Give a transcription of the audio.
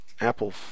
Apple